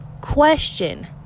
question